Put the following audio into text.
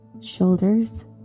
shoulders